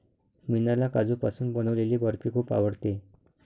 मीनाला काजूपासून बनवलेली बर्फी खूप आवडते